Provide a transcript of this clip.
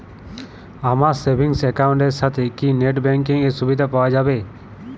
আমার savings account এর সাথে কি নেটব্যাঙ্কিং এর সুবিধা পাওয়া যাবে?